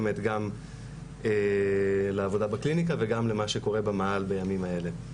גם לעבודה בקליניקה וגם מה שקורה במאהל בימים האלה.